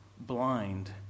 blind